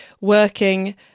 working